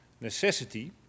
necessity